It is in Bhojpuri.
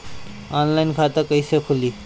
ऑनलाइन खाता कईसे खुलि?